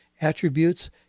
Attributes